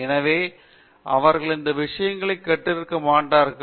எனவே அவர்கள் இந்த விஷயங்களை கற்றிருக்க மாட்டார்கள்